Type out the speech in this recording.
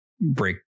break